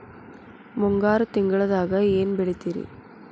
ಮುಂಗಾರು ತಿಂಗಳದಾಗ ಏನ್ ಬೆಳಿತಿರಿ?